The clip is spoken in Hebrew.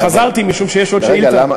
חזרתי, משום שיש עוד שאילתה לחברת הכנסת סטרוק.